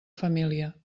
família